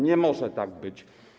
Nie może tak być.